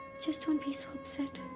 just don't be so upset.